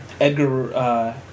Edgar